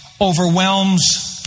overwhelms